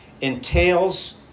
entails